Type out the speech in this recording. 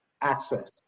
access